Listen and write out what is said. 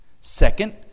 Second